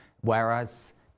Whereas